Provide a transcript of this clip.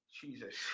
Jesus